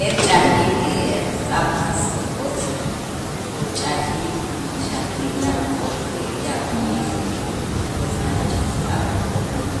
El rich'ajiik he qaq'ab', qas otz r rich'ajiik rimal xa' kela' k'ot ya'biil he kiraq taj che qaq'ab',